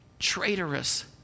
traitorous